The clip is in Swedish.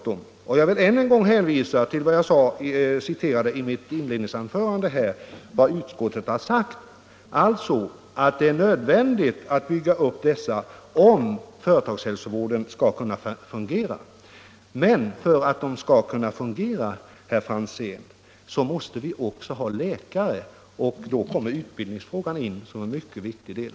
Jag vill också än en gång hänvisa till vad jag i mitt inledningsanförande citerade av vad utskottet har anfört om nödvändigheten av den pågående uppbyggnaden av företagshälsovården för att denna skall kunna fungera. Men för att den skall kunna fungera, herr Franzén, måste det också finnas läkare, och där kommer utbildningsfrågan in i bilden som en mycket viktig del.